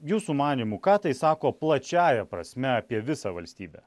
jūsų manymu ką tai sako plačiąja prasme apie visą valstybę